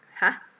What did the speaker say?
!huh!